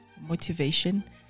motivation